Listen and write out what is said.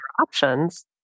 options